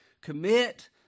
Commit